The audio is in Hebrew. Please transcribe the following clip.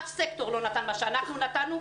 אף סקטור לא נתן מה שאנחנו נתנו.